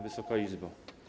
Wysoka Izbo!